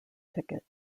ticket